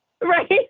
Right